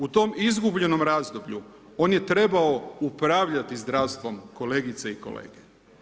U tom izgubljenom razdoblju on je trebao upravljati zdravstvom kolegice i kolege.